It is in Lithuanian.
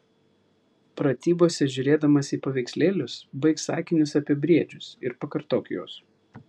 pratybose žiūrėdamas į paveikslėlius baik sakinius apie briedžius ir pakartok juos